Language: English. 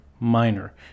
minor